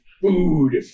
food